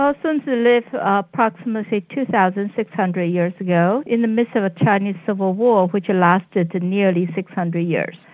um sun tzu lived approximately two thousand six hundred years ago in the midst of a chinese civil war which lasted nearly six hundred years,